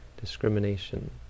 discrimination